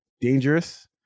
dangerous